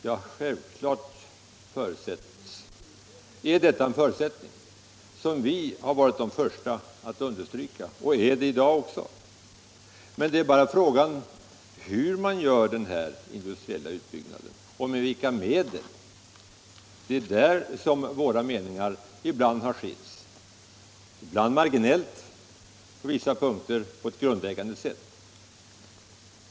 Ja, självfallet är detta en förutsättning som vi i centern har varit de första att understryka — och är det i dag också. Det är bara fråga hur man gör den här industriella utbyggnaden och med vilka medel. Det är där våra meningar stundom har skilts — ibland marginellt, på vissa punkter på ett grundläggande sätt.